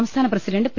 സംസ്ഥാന president P